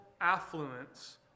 affluence